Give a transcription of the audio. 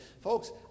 Folks